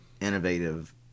innovative